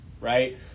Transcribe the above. right